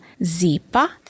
Zipa